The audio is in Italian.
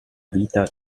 vita